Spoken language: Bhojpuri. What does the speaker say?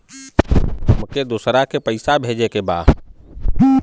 हमके दोसरा के पैसा भेजे के बा?